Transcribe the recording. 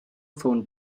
phone